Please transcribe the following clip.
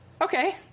Okay